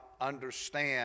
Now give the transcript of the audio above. understand